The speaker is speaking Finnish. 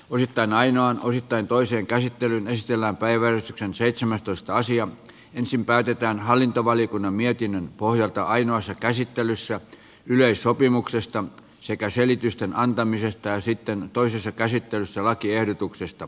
olitte näin on ohittaen toiseen käsittelyyn estellä päivän seitsemäntoista asian ensin päätetään hallintovaliokunnan mietinnön pohjalta ainoassa käsittelyssä yleissopimuksesta sekä selitysten antamisesta ja sitten toisessa käsittelyssä lakiehdotuksesta